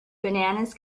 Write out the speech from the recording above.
bananas